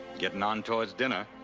getting on towards dinner.